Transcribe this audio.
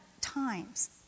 times